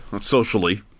socially